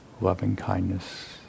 loving-kindness